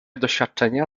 doświadczenia